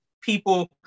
people